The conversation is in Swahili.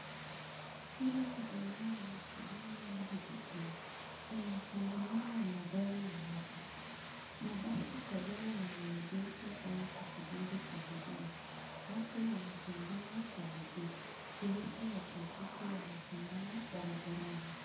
Ile ni eneo yenye shughuli nyingi jijini. Kuna msonagamano wa magari na watu. Mabasi kadhaa yameegeshwa au kusubiri abiria. Watu wanatembea kwa miguu, polisi wa trafiki wamesimama barabarani.